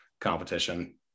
competition